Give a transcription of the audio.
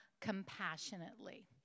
compassionately